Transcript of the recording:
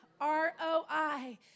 R-O-I